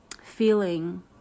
feeling